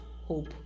hope